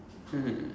hmm